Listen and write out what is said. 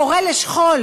ושכול)